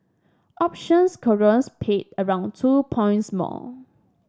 options cargoes paid around two points more